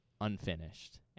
unfinished